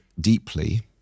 deeply